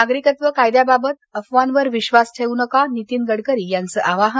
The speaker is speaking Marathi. नागरिकत्व कायद्याबाबत अफवांवर विश्वास ठेवू नका नीतीन गडकरी यांचं आवाहन